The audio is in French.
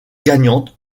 gagnante